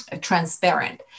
transparent